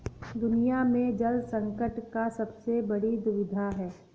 दुनिया में जल संकट का सबसे बड़ी दुविधा है